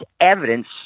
evidence